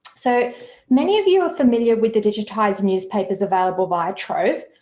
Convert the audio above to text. so many of you are familiar with the digitized newspapers available via trove,